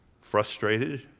frustrated